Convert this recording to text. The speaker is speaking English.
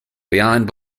behind